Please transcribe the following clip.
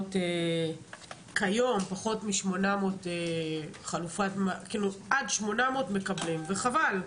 כיום עד 800 מקבלים וחבל,